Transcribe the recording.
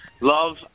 Love